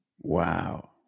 Wow